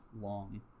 long